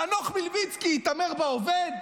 חנוך מלביצקי התעמר בעובד?